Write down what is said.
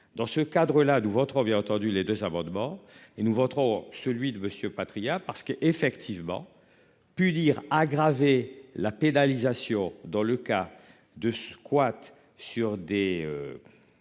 Dans ce cadre-là, nous voterons bien entendu les 2 amendements et nous voterons celui de Monsieur Patriat, parce qu'effectivement pu dire aggraver la pénalisation. Dans le cas de squat sur des.